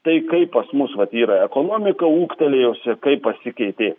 tai kaip pas mus vat yra ekonomika ūgtelėjusi kaip pasikeitė